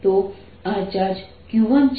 તો આ charge q1 છે